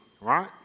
right